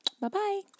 Bye-bye